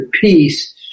peace